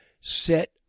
set